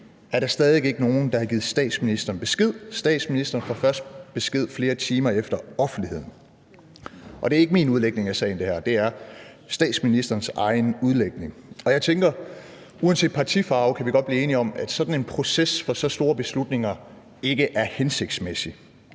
er der stadig væk ikke nogen, der har givet statsministeren besked. Statsministeren får først besked flere timer efter offentligheden. Og det her er ikke min udlægning af sagen; det er statsministerens egen udlægning. Jeg tænker, at vi uanset partifarve godt kan blive enige om, at sådan en proces for så store beslutninger ikke er hensigtsmæssig.